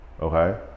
okay